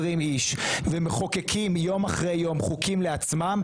אנשים ומחוקקים יום אחרי יום חוקים לעצמם,